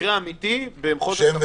אשלים את